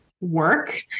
work